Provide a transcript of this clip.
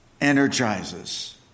energizes